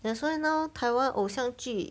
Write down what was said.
that's why now 台湾偶像剧